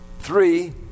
Three